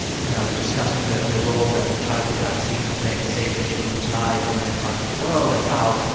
you know i was discussing the the role that childhood vaccines play in saving children's lives in many parts of the world and how,